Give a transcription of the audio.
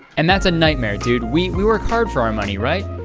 and that's a nightmare, dude. we work hard for our money, right?